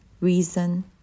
reason